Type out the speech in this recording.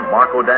Marco